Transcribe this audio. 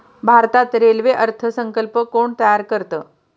भारतात रेल्वे अर्थ संकल्प कोण तयार करतं?